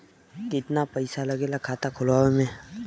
कितना पैसा लागेला खाता खोलवावे में?